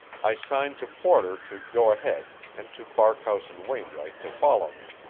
i signed to porter to go ahead and to barkhouse and wainwright to follow me.